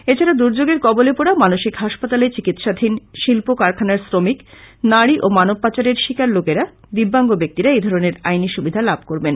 এছাড়া দূর্যোগের কবলে পড়া মানসিক হাসপাতালে চিকিৎসাধীন শিল্প কারখানার শ্রমিক নারী ও মানব পাচারের শিকার লোকেরা দিব্যাঙ্গ ব্যক্তিরা এধরণের আইনী সুবিধা লাভ করবেন